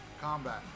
combat